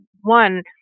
one